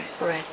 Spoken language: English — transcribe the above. Right